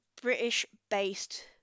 British-based